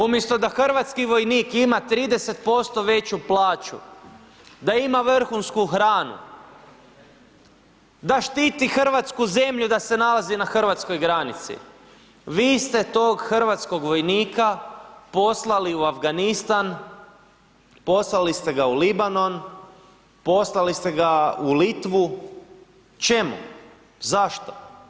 Umjesto da hrvatski vojnik ima 30% veću plaću, da ima vrhunsku hranu, da štiti hrvatsku zemlju da se nalazi na hrvatskoj granici, vi ste tog hrvatskog vojnika poslali u Afganistan, poslali ste ga u Libanon, poslali ste ga u Litvu, čemu?, zašto?